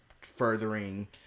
furthering